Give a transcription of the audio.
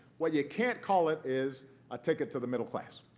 what you can't call it is a ticket to the middle class.